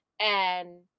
And-